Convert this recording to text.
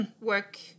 work